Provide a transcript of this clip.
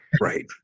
right